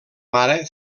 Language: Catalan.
mare